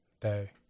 day